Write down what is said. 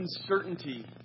uncertainty